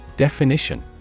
Definition